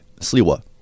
Sliwa